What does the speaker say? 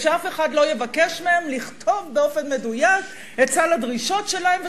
שאף אחד לא יבקש מהם לכתוב באופן מדויק את סל הדרישות שלהם,